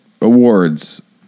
awards